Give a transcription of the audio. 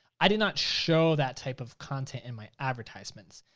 i did not show that type of content in my advertisements.